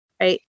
Right